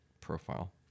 profile